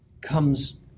comes